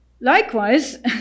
Likewise